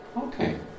Okay